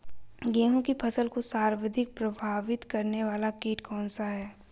गेहूँ की फसल को सर्वाधिक प्रभावित करने वाला कीट कौनसा है?